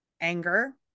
Anger